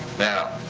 now.